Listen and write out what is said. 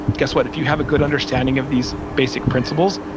guess what? if you have a good understanding of these basic principles,